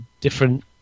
different